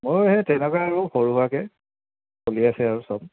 মইও সেই তেনেকুৱা আৰু সৰু সুৰাকৈ চলি আছে আৰু সব